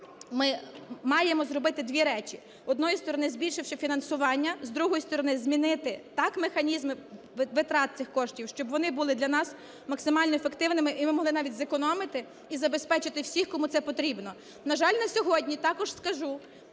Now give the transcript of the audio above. ми маємо зробити дві речі. З однієї сторони, збільшивши фінансування; з другої сторони, змінити так механізми витрат цих коштів, щоб вони були для нас максимально ефективними і ми могли навіть зекономити і забезпечити всіх, кому це потрібно. На жаль, на сьогодні, також скажу,